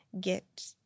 get